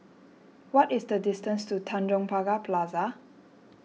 what is the distance to Tanjong Pagar Plaza